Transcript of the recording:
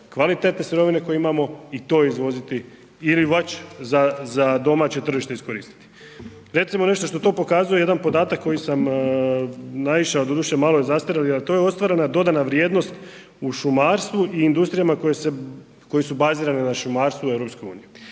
kvalitetne sirovine koju imamo i to izvoziti ili već za domaće tržište iskoristiti. Recimo nešto što, to pokazuje jedan podatak koji sam naišao doduše malo je zastario jer to je ostvarena dodana vrijednost u šumarstvu i industrijama koje su bazirane na šumarstvu EU.